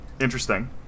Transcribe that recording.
interesting